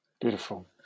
Beautiful